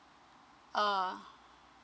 uh